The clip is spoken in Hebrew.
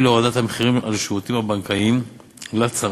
להורדת המחירים של השירותים הבנקאיים לצרכן.